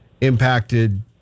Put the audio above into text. impacted